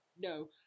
No